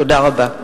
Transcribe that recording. תודה רבה.